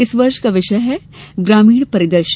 इस वर्ष का विषय ग्रामीण परिदृश्य